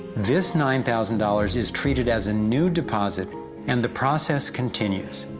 this nine thousand dollars is treated as a new deposit and the process continues.